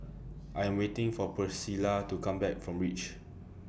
I Am waiting For Pricilla to Come Back from REACH